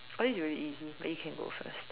oh this is really easy but you can go first